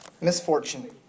misfortune